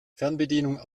fernbedienung